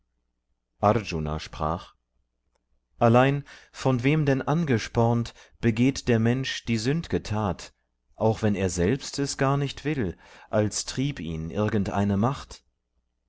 arjuna sprach allein von wem denn angespornt begeht der mensch die sünd'ge tat auch wenn er selbst es gar nicht will als trieb ihn irgend eine macht